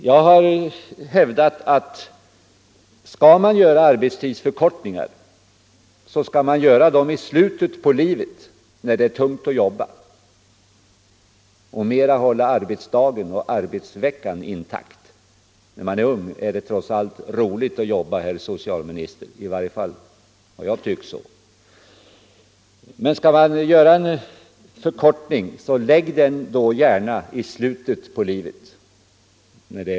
Jag har hävdat att om man skall göra arbetstidsförkortningar, skall man göra dem i slutet på livet, när det är tungt att jobba, och mera hålla arbetsdagen och arbetsveckan intakta. När man är ung är det trots allt roligt att jobba, i varje fall har jag tyckt så.